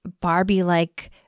Barbie-like